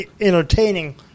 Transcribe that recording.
entertaining